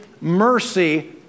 mercy